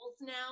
now